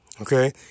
okay